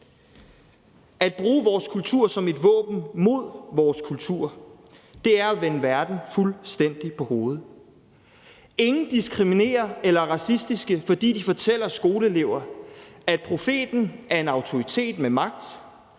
At bruge vores kultur som et våben mod vores kultur er at vende verden fuldstændig på hovedet. Ingen diskriminerer eller er racistiske, fordi de fortæller skoleelever, at profeten er en autoritet med magt